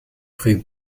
rue